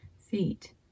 feet